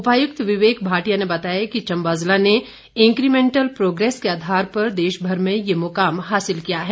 उपायुक्त विवेक भाटिया ने बताया कि चम्बा जिला ने इंक्रीमेंटल प्रोग्रेस के आधार पर देशभर में ये मुकाम हासिल किया है